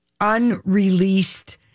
unreleased